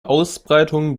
ausbreitung